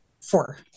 Four